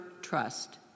trust